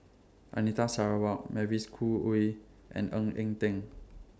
Anita Sarawak Mavis Khoo Oei and Ng Eng Teng